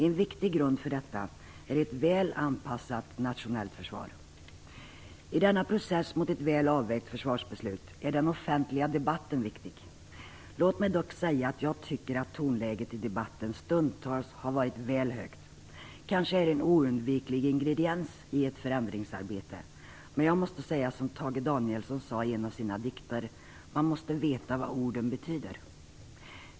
En viktig grund för detta är ett väl anpassat nationellt försvar. I denna process mot ett väl avvägt försvarsbeslut är den offentliga debatten viktig. Låt mig dock säga att jag tycker att tonläget i debatten stundtals har varit väl högt. Kanske är det en oundviklig ingrediens i ett förändringsarbete, men jag måste säga som Tage Danielsson sade i en av sina dikter: "Man måste veta vad orden betyder."